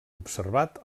observat